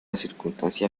circunstancia